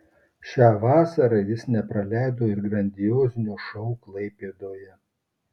šią vasarą jis nepraleido ir grandiozinio šou klaipėdoje